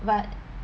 but